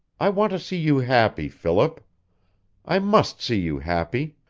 i want to see you happy, philip i must see you happy.